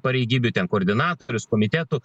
pareigybių ten koordinatorius komitetų